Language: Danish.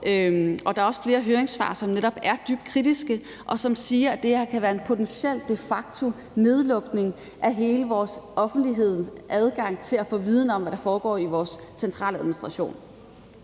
og der er også flere høringssvar, som netop er dybt kritiske, og som siger, at det her kan være en potentiel de facto nedlukning af hele vores offentligheds adgang til at få viden om, hvad der foregår i vores centraladministration.